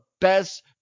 best